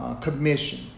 commission